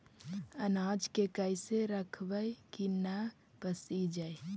अनाज के कैसे रखबै कि न पसिजै?